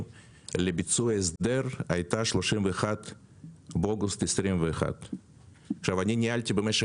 לביצוע ההסדר הייתה 31 באוגוסט 21. אני ניהלתי במשך